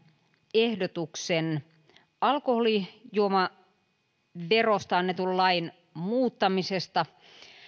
ehdotuksen alkoholijuomaverosta annetun lain muuttamisesta